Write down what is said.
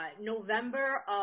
November